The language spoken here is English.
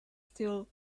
still